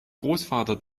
großvater